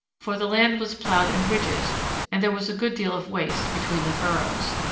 for the land was ploughed in ridges and there was a good deal of waste between the furrows.